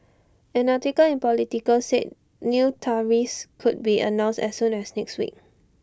an article in Politico said new tariffs could be announced as soon as next week